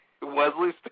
Wesley